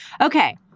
Okay